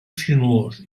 sinuós